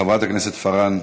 חברת הכנסת פארן,